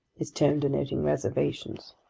his tone denoting reservations.